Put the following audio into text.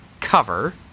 cover